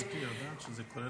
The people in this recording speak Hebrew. אז גברתי יודעת שזה כולל